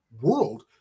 world